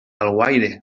alguaire